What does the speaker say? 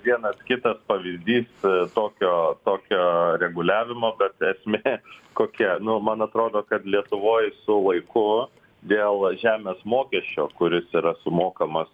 vienas kitas pavyzdys tokio tokio reguliavimo bet esmė kokia nu man atrodo kad lietuvoj su laiku dėl žemės mokesčio kuris yra sumokamas